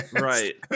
right